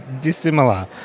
dissimilar